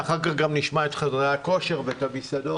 ואחר כך גם נשמע את חדרי הכושר ואת המסעדות.